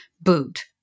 boot